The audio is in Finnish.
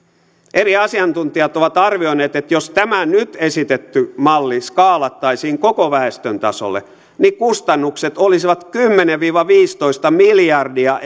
eri asiantuntijat ovat arvioineet että jos tämä nyt esitetty malli skaalattaisiin koko väestön tasolle niin kustannukset olisivat kymmenen viiva viisitoista miljardia